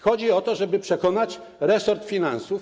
Chodzi o to, żeby przekonać resort finansów.